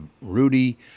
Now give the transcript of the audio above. Rudy